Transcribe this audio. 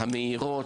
המאירות,